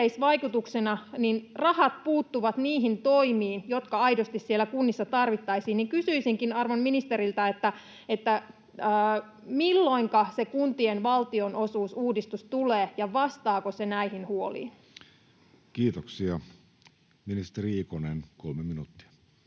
yhteisvaikutuksena rahat puuttuvat niihin toimiin, jotka aidosti siellä kunnissa tarvittaisiin. Kysyisinkin arvon ministeriltä: milloinka se kuntien valtionosuusuudistus tulee, ja vastaako se näihin huoliin? Kiitoksia. — Ministeri Ikonen, kolme minuuttia.